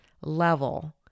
level